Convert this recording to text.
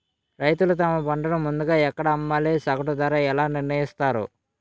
రైతులు తమ పంటను ముందుగా ఎక్కడ అమ్మాలి? సగటు ధర ఎలా నిర్ణయిస్తారు?